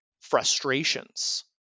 frustrations